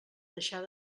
deixar